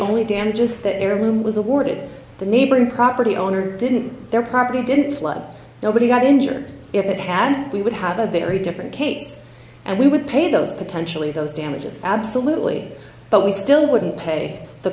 only damages that heirloom was awarded the neighboring property owner didn't their property didn't flood nobody got injured if it happened we would have a very different case and we would pay those potentially those damages absolutely but we still wouldn't pay the